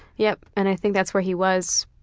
yep. and i think that's where he was,